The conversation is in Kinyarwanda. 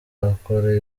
akora